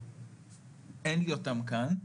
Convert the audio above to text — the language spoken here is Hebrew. אין לי אותם כאן,